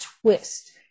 twist